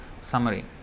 summary